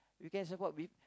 you can support with